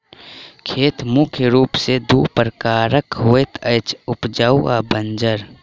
खेत मुख्य रूप सॅ दू प्रकारक होइत अछि, उपजाउ आ बंजर